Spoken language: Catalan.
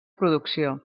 producció